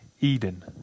Eden